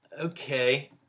Okay